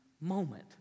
moment